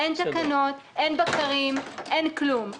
אין תקנות, אין בקרים, אין כלום.